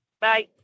Bye